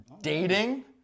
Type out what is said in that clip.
dating